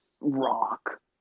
rock